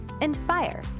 inspire